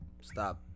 stop